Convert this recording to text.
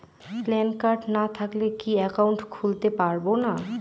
Pan card না থাকলে কি একাউন্ট খুলতে পারবো না?